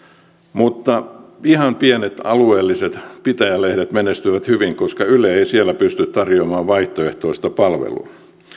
mutta ihan pienet alueelliset pitäjälehdet menestyvät hyvin koska yle ei siellä pysty tarjoamaan vaihtoehtoista palvelua